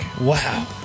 Wow